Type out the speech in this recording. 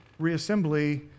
reassembly